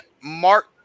Mark